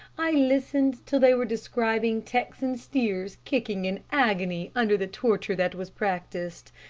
i listened till they were describing texan steers kicking in agony under the torture that was practised,